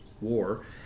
war